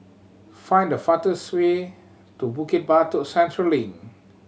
find the fastest way to Bukit Batok Central Link